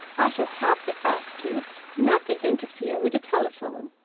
i shall have to ask you not to interfere with the telephone.